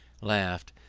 laughed,